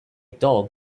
dog